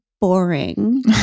boring